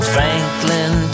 Franklin